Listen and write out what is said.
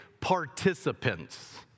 participants